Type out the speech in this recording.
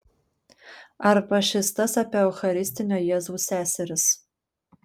arba šis tas apie eucharistinio jėzaus seseris